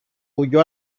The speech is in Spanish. huyó